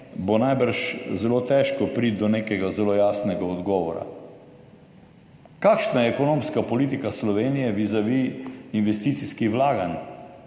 bo najbrž zelo težko priti do nekega zelo jasnega odgovora. Kakšna je ekonomska politika Slovenije vizavi investicijskih vlaganj?